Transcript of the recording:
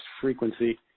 frequency